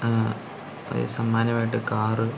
സമ്മാനമായിട്ട് കാറ്